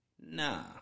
nah